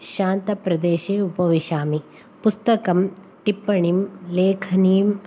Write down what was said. शान्तप्रदेशे उपविशामि पुस्तकं टिप्पणिं लेखनीं